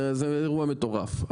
זה אירוע מטורף,